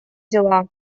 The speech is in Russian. дела